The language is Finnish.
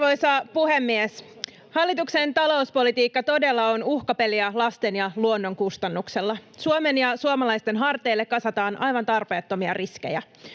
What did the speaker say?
Arvoisa puhemies! Hallituksen talouspolitiikka todella on uhkapeliä lasten ja luonnon kustannuksella. Suomen ja suomalaisten harteille kasataan aivan tarpeettomia riskejä,